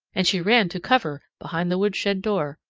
and she ran to cover behind the woodshed door.